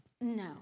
No